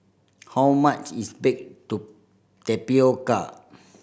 how much is baked tapioca